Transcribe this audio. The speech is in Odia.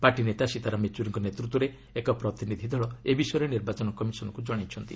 ପାର୍ଟି ନେତା ସୀତାରାମ୍ ୟେଚୁରୀଙ୍କ ନେତୃତ୍ୱରେ ଏକ ପ୍ରତିନିଧି ଦଳ ଏ ବିଷୟରେ ନିର୍ବାଚନ କମିଶନ୍କୁ ଜଣାଇଛନ୍ତି